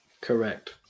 Correct